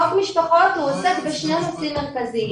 חוק משפחות עוסק בשני נושאים מרכזיים.